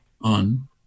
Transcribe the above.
on